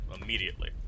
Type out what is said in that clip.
immediately